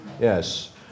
Yes